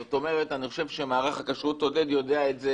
זאת אומרת שמערך הכשרות עודד יודע את זה